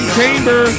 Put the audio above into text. Chamber